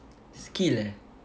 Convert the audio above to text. skill eh